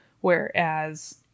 Whereas